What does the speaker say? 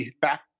back